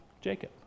Jacob